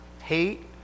hate